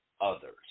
others